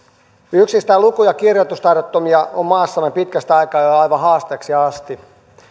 yksistään luku ja kirjoitustaidottomia on maassamme pitkästä aikaa jo aivan haasteeksi asti